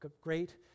great